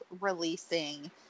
releasing